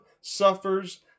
suffers